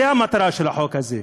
זו המטרה של החוק הזה,